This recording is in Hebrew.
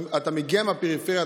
אתה מגיע מהפריפריה,